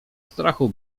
strachu